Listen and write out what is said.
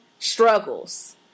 struggles